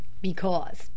Because